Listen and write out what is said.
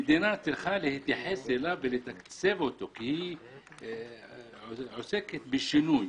המדינה צריכה להתייחס אליו ולתקצב אותו כי היא עוסקת בשינוי.